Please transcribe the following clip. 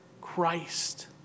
Christ